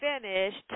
finished